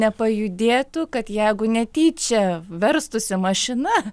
nepajudėtų kad jeigu netyčia verstųsi mašina